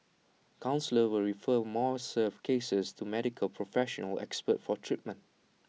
counsellors will refer more severe cases to Medical professional experts for treatment